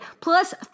plus